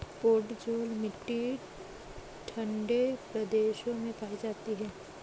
podzol मिट्टी ठंडे प्रदेशों में पाई जाती है